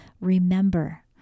remember